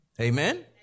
Amen